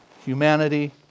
humanity